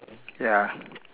ya